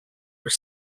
were